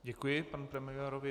Děkuji panu premiérovi.